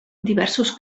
diversos